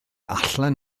allan